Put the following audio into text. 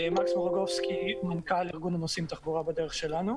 אני מנכ"ל ארגון הנוסעים "תחבורה בדרך שלנו".